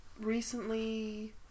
recently